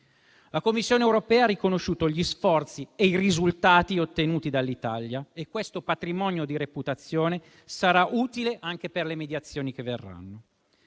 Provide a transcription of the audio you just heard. La Commissione europea ha riconosciuto gli sforzi e i risultati ottenuti dall'Italia e questo patrimonio di reputazione sarà utile anche per le mediazioni che verranno.